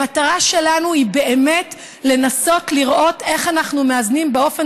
המטרה שלנו היא באמת לנסות לראות איך אנחנו מאזנים באופן